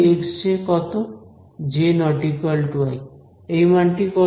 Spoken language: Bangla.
j i এই মানটি কত